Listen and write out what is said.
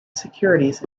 securities